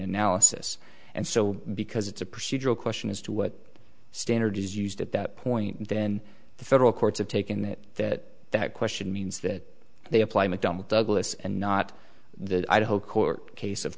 analysis and so because it's a procedural question as to what standard is used at that point then the federal courts have taken it that that question means that they apply mcdonnell douglas and not the idaho court case of